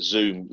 Zoom